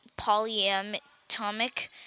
polyatomic